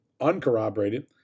uncorroborated